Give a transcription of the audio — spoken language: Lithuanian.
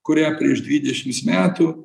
kurią prieš dvidešimts metų